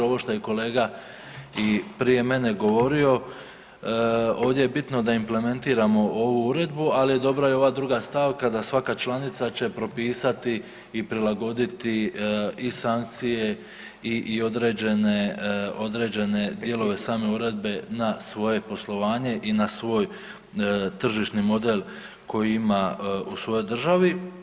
Ovo što je i kolega i prije mene govorio, ovdje je bitno da implementiramo ovu Uredbu, ali je dobro je i ova druga stavka da svaka članica će propisati i prilagoditi i sankcije i određene dijelove same uredbe na svoje poslovanje i na svoj tržišni model koji ima u svojoj državi.